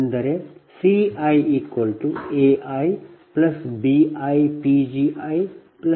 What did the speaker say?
ಅಂದರೆ CiaibiPgidiPgi2